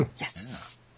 Yes